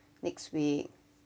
next week